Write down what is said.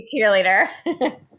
cheerleader